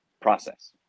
process